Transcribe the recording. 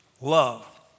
love